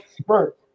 spurt